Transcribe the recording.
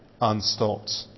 unstopped